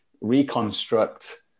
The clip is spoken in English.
reconstruct